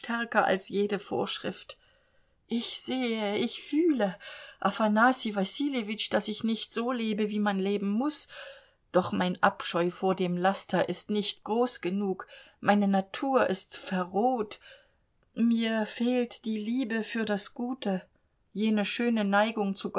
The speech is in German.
als jede vorschrift ich sehe ich fühle afanassij wassiljewitsch daß ich nicht so lebe wie man leben muß doch mein abscheu vor dem laster ist nicht groß genug meine natur ist verroht mir fehlt die liebe für das gute jene schöne neigung zu